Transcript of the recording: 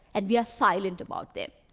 and we are silent about them.